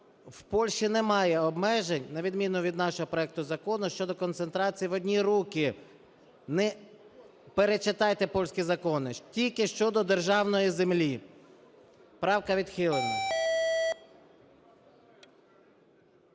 В Польщі немає обмежень на відміну від нашого проекту закону щодо концентрації в одні руки, перечитайте польські закони, тільки щодо державної землі. Правка відхилена.